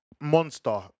monster